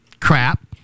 crap